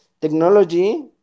technology